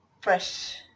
fresh